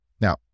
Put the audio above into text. Now